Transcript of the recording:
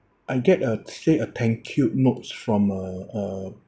I get a say a thank you notes from a a